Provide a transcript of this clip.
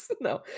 No